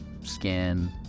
skin